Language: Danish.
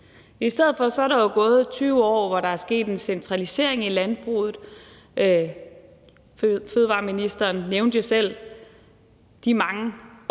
I stedet for er der jo gået 20 år, hvor der er sket en centralisering af landbruget. Fødevareministeren nævnte selv de mange opkøb, der